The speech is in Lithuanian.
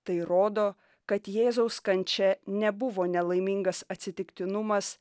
tai rodo kad jėzaus kančia nebuvo nelaimingas atsitiktinumas